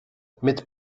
mit